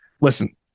listen